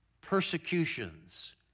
persecutions